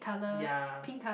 ya